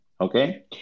okay